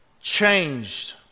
changed